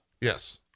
yes